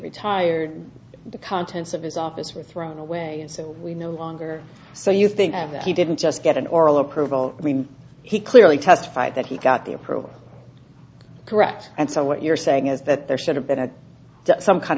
retired the contents of his office were thrown away and so we no longer so you think that he didn't just get an oral approval when he clearly testified that he got the approval correct and so what you're saying is that there should have been a some kind